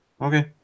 Okay